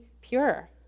pure